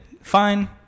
Fine